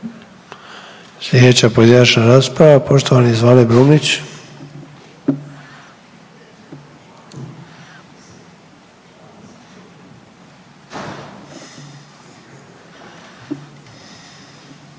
Slijedeća pojedinačna rasprava poštovani Zvane Brumnić.